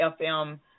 FM